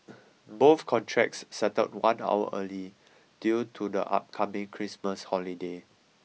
both contracts settled one hour early due to the upcoming Christmas holiday